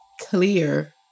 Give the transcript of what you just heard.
clear